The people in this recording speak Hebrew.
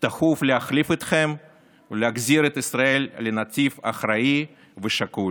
דחוף להחליף אתכם ולהחזיר את ישראל לנתיב אחראי ושקול,